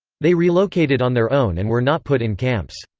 they relocated on their own and were not put in camps.